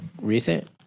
recent